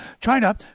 China